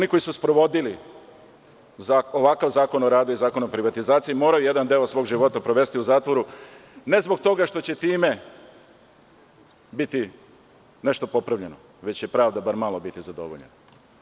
Oni koji su sprovodili ovakav Zakon o radu i Zakon o privatizaciji moraju jedan deo svog života provesti u zatvoru, ne zbog toga što će time biti nešto popravljeno, već će pravda bar malo biti zadovoljena.